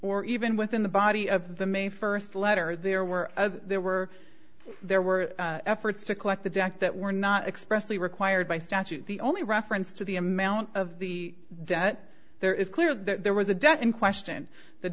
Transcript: or even within the body of the may first letter there were there were there were efforts to collect the deck that were not expressly required by statute the only reference to the amount of the debt there is clearly there was a debt in question the